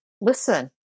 listen